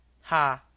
Ha